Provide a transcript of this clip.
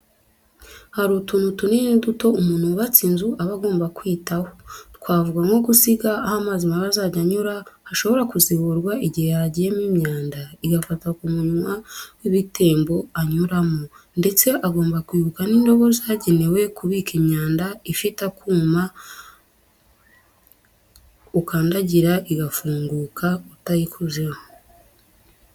Hari utuntu tunini n'uduto umuntu wubatse inzu aba agomba kwitaho, twavuga nko gusiga aho amazi mabi azajya anyura hashobora kuziburwa igihe hagiyemo imyanda igafata ku munywa w'ibitembo anyuramo, ndetse agomba kwibuka n'indobo zagenewe kubika imyanda, ifite akuma ukandagira igafunguka utayikozeho.